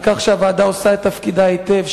על כך שהוועדה עושה את תפקידה היטב,